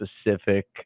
specific